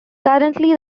currently